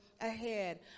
ahead